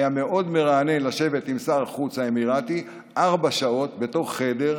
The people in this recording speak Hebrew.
היה מאוד מרענן לשבת עם שר החוץ האמירתי ארבע שעות בתוך חדר,